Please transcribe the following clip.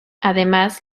además